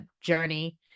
journey